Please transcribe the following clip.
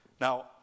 Now